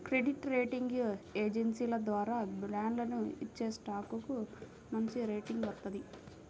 credit rating ఏజెన్సీల ద్వారా బాండ్లను ఇచ్చేస్టాక్లకు మంచిరేటింగ్ వత్తది